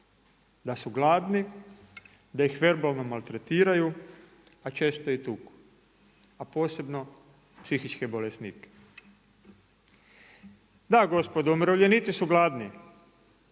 da su gladni, da ih verbalno maltretiraju a često i tuku. A posebno psihičke bolesnike. Da, gospodo, umirovljenici su gladni.